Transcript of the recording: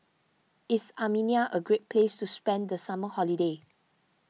is Armenia a great place to spend the summer holiday